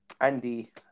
Andy